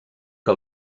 que